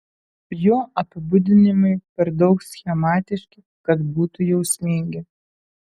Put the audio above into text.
jo apibūdinimai per daug schematiški kad būtų jausmingi